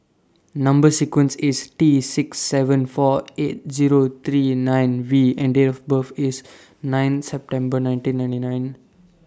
Number sequence IS T six seven four eight Zero three nine V and Date of birth IS nine September nineteen ninety nine